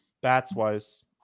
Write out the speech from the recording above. bats-wise